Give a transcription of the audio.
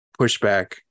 pushback